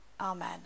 Amen